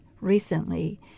recently